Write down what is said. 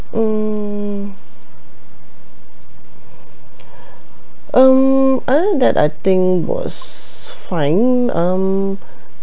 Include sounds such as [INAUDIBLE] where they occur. hmm [BREATH] um other than that I think was fine um